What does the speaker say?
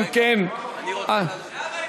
אם כן, אני רוצה להשיב.